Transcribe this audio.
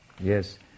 yes